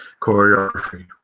choreography